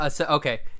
Okay